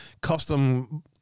custom